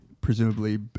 Presumably